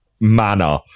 manner